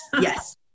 Yes